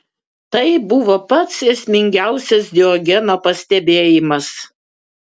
tai buvo pats esmingiausias diogeno pastebėjimas